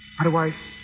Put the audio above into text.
otherwise